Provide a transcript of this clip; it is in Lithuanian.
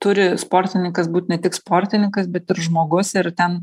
turi sportininkas būt ne tik sportininkas bet ir žmogus ir ten